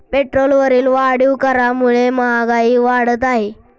पेट्रोलवरील वाढीव करामुळे महागाई वाढत आहे